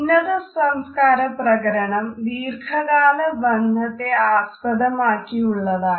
ഉന്നത സംസ്കാര പ്രകരണം ദീർഘകാല ബന്ധത്തേ ആസ്പദമാക്കിയുള്ളതാണ്